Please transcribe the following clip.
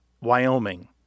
Wyoming